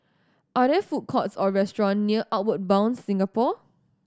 are there food courts or restaurants near Outward Bound Singapore